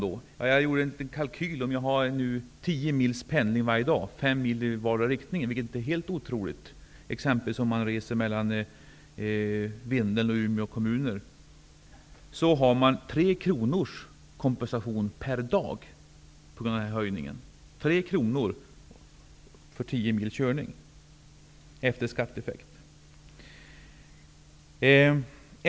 Jag har gjort en kalkyl. Om man har tio mils pendling varje dag -- fem mil i varje riktning -- vilket inte är helt otroligt om man reser exempelvis mellan Vindeln och Umeå. Då får man 3 kr kompensation efter skatt för tio mils körning per dag till följd av denna höjning.